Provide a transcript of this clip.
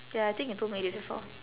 ya I think you told me this before